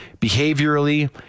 behaviorally